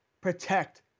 Protect